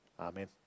Amen